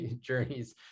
journeys